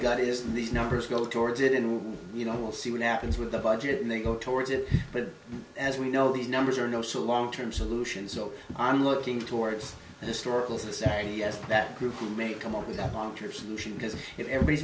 gut is these numbers go towards it in you know we'll see what happens with the budget and then go towards it but as we know these numbers are no so long term solutions so i'm looking towards the historical society as that group who may come up with that long term solution because if everybody's